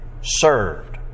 served